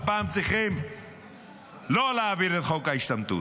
הפעם צריכים לא להעביר את חוק ההשתמטות.